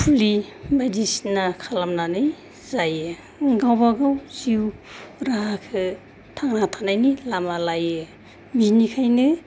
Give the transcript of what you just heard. फुलि बायदिसिना खालामनानै जायो गावबागाव जिउ राहाखौ थांना थानायनि लामा लायो बेनिखायनो